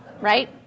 Right